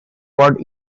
ward